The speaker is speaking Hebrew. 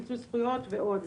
מיצוי זכויות ועוד,